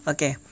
Okay